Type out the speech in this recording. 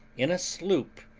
in a sloop,